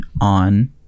on